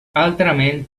altrament